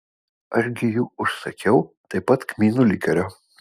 aš gi jų užsakiau taip pat kmynų likerio